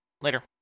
Later